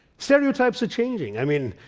stereotypes are changing. i mean,